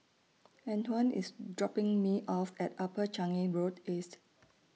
Antwon IS dropping Me off At Upper Changi Road East